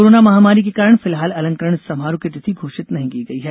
corona महामारी के कारण फिलहाल अलंकरण समारोह की तिथि घोषित नहीं की गई है